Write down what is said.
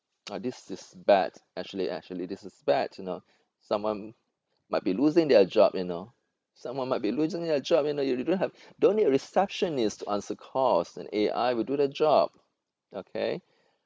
uh this is bad actually actually this is bad you know someone might be losing their job you know someone might be losing their job you know you you don't have don't need a receptionist to answer calls and A_I will do the job okay